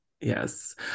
Yes